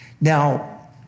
Now